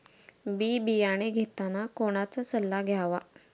बी बियाणे घेताना कोणाचा सल्ला घ्यावा?